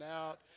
out